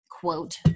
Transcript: quote